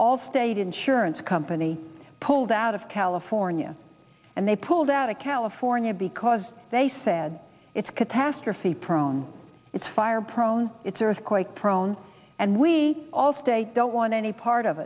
allstate insurance company pulled out of california and they pulled out of california because they said it's catastrophe prone it's fire prone it's earthquake prone and we all state don't want any part of